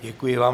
Děkuji vám.